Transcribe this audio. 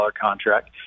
contract